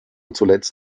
zuletzt